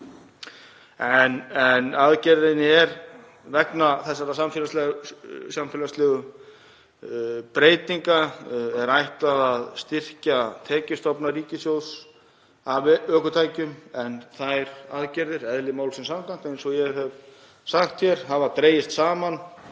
Aðgerðinni er, vegna þessara samfélagslegu breytinga, ætlað að styrkja tekjustofna ríkissjóðs af ökutækjum en þeir hafa eðli málsins samkvæmt, eins og ég hef sagt hér, dregist saman